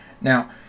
Now